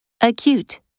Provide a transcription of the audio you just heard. Acute